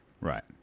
Right